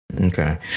Okay